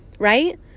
Right